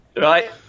Right